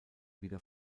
wieder